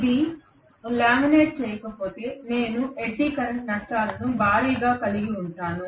ఇది లామినేట్ చేయకపోతే నేను ఎడ్డీ కరెంట్ నష్టాలను భారీగా కలిగి ఉంటాను